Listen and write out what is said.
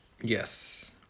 Yes